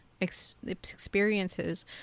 experiences